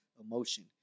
emotion